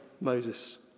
Moses